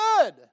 good